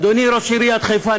אדוני ראש עיריית חיפה,